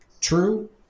true